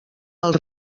als